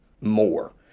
more